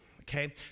Okay